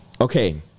okay